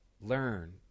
learn